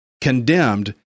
Condemned